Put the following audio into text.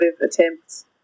attempts